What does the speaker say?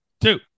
two